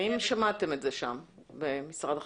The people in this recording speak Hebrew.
האם שמעתם את זה שם במשרד החקלאות?